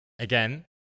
Again